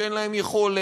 שאין להם יכולת,